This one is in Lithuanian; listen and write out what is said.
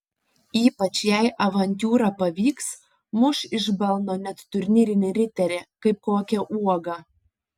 ypač jei avantiūra pavyks muš iš balno net turnyrinį riterį kaip kokią uogą